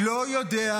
לא פוליטי.